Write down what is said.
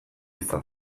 izan